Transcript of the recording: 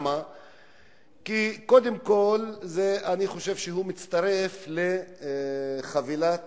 קודם כול, אני חושב שהוא מצטרף לחבילת